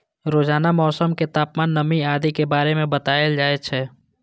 रोजानाक मौसम मे तापमान, नमी आदि के बारे मे बताएल जाए छै